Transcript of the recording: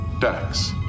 Dax